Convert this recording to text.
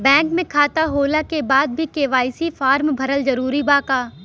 Bank में खाता होला के बाद भी के.वाइ.सी फार्म भरल जरूरी बा का?